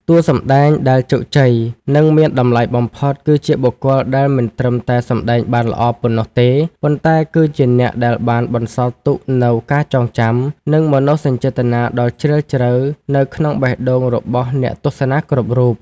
តួសម្ដែងដែលជោគជ័យ និងមានតម្លៃបំផុត គឺជាបុគ្គលដែលមិនត្រឹមតែសម្ដែងបានល្អប៉ុណ្ណោះទេ ប៉ុន្តែគឺជាអ្នកដែលបានបន្សល់ទុកនូវការចងចាំ និងមនោសញ្ចេតនាដ៏ជ្រាលជ្រៅនៅក្នុងបេះដូងរបស់អ្នកទស្សនាគ្រប់រូប។